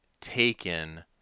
taken